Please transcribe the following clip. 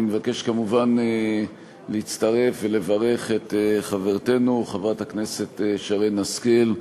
אני מבקש כמובן להצטרף ולברך את חברתנו חברת הכנסת שרן השכל,